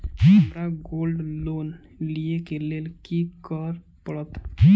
हमरा gold loan लिय केँ लेल की करऽ पड़त?